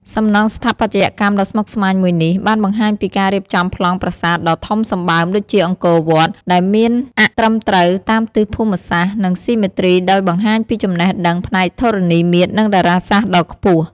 សំណង់ស្ថាបត្យកម្មដ៏ស្មុគស្មាញមួយនេះ បានបង្ហាញពីការរៀបចំប្លង់ប្រាសាទដ៏ធំសម្បើមដូចជាអង្គរវត្ត ដែលមានអ័ក្សត្រឹមត្រូវតាមទិសភូមិសាស្ត្រ និងស៊ីមេទ្រីដោយបង្ហាញពីចំណេះដឹងផ្នែកធរណីមាត្រ និងតារាសាស្ត្រដ៏ខ្ពស់។